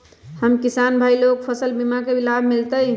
हम किसान भाई लोग फसल बीमा के लाभ मिलतई?